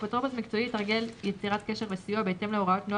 אפוטרופוס מקצועי יתרגל יצירת קשר וסיוע בהתאם להוראות נוהל